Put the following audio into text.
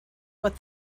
what